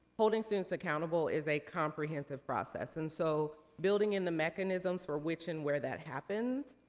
holding students accountable is a comprehensive process. and so, building in the mechanisms for which and where that happens,